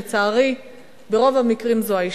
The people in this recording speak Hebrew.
ולצערי ברוב המקרים זאת האשה.